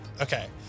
Okay